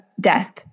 death